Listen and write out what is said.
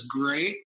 great